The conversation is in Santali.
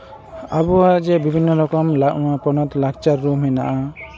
ᱟᱵᱚᱣᱟᱜ ᱡᱮ ᱵᱤᱵᱷᱤᱱᱱᱚ ᱨᱚᱠᱚᱢ ᱯᱚᱱᱚᱛ ᱞᱟᱠᱪᱟᱨ ᱠᱚ ᱢᱮᱱᱟᱜᱼᱟ